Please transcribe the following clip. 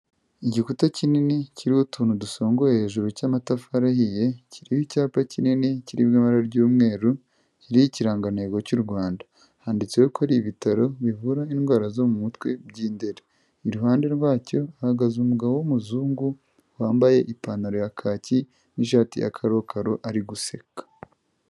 Igikuta kinini kiriho utuntu dusongoye hejuru cy'amatafari ahiye, kiriho icyapa kinini kiri mu ibara ry'umweru kiriho ikirangantego cy'u Rwanda, handitseho ko hari ibitaro bivura indwara zo mu mutwe by'indera, iruhande rwacyo hahagaze umugabo w'umuzungu wambaye ipantaro ya kaki n'ishati ya karokaro ari guseka.